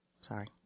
sorry